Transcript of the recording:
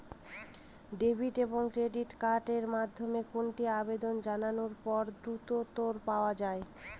Debit এবং credit card এর মধ্যে কোনটি আবেদন জানানোর পর দ্রুততর পাওয়া য়ায়?